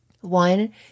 one